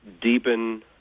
deepen